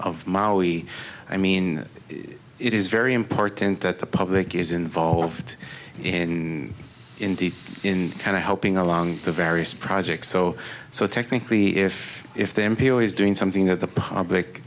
of maui i mean it is very important that the public is involved in indeed in kind of helping along the various projects so so technically if if the n p r is doing something that the public